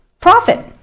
Profit